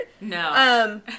No